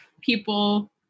people